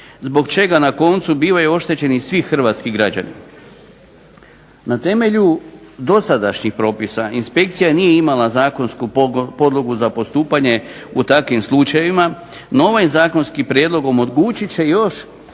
zbog čega na koncu bivaju oštećeni svi hrvatski građani. Na temelju dosadašnjih propisa inspekcija nije imala zakonsku podlogu za postupanje u takvim slučajevima, no ovim zakonskim prijedlogom omogućit će još